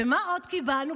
ומה עוד קיבלנו?